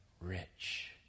rich